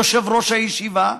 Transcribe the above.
יושב-ראש הישיבה?